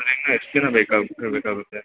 sir ಇನ್ನು ಎಷ್ಟು ದಿನ ಬೇಕಾಗ ಬೇಕಾಗುತ್ತೆ